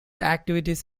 activities